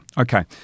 Okay